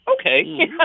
Okay